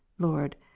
lord,